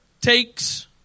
takes